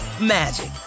magic